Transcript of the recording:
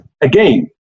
again